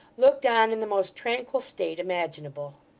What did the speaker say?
looked on in the most tranquil state imaginable.